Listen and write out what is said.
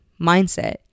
mindset